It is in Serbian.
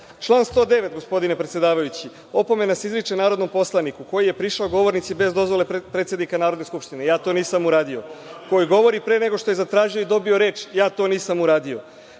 desi. Član 109, gospodine predsedavajući, opomena se izriče narodnom poslaniku koji je prišao govornici bez dozvole predsednika Narodne skupštine, ja to nisam uradio, koji govori pre nego što je zatražio i dobio reč, ja to nisam uradio,